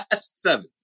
Seven